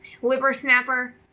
whippersnapper